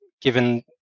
given